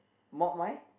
mop my